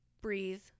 Breathe